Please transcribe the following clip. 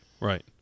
Right